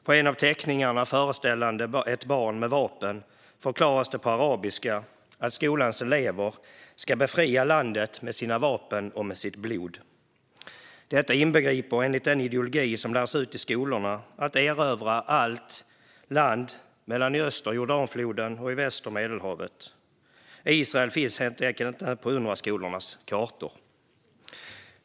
På en av teckningarna föreställande ett barn med vapen förklaras det på arabiska att skolans elever ska befria landet med sina vapen och med sitt blod. Detta inbegriper enligt den ideologi som lärs ut i skolorna att erövra allt land mellan i öster Jordanfloden och i väster Medelhavet. Israel finns helt enkelt inte på Unrwa-skolornas kartor.